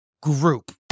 group